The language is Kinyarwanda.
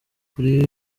kuri